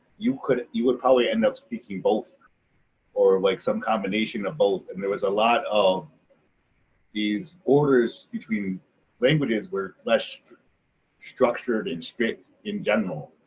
you could, you would probably end up speaking both or like some combination of both and there was a lot of these orders between languages were less structured and strict in general